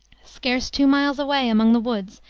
scarce two miles away, among the woods,